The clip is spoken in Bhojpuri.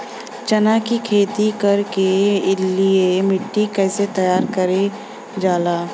चना की खेती कर के लिए मिट्टी कैसे तैयार करें जाला?